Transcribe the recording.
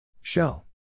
Shell